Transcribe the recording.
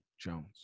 Jones